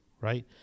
Right